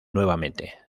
nuevamente